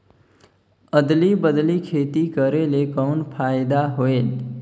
अदली बदली खेती करेले कौन फायदा होयल?